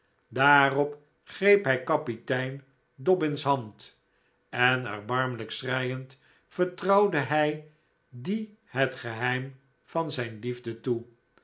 daarop greep hij kapitein dobbin's hand en erbarmelijk schreiend vertrouwde hij dien het geheim van zijn liefde toe